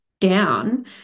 down